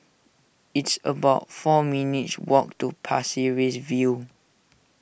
it's about four minutes' walk to Pasir Ris View